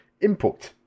input